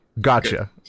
gotcha